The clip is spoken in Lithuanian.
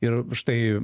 ir štai